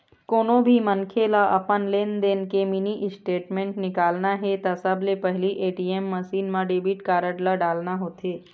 कोनो भी मनखे ल अपन लेनदेन के मिनी स्टेटमेंट निकालना हे त सबले पहिली ए.टी.एम मसीन म डेबिट कारड ल डालना होथे